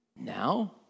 Now